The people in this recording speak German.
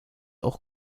auch